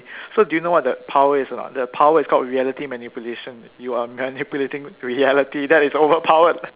so do you know what the power is it or not the power is called reality manipulation you are manipulating reality that is overpowered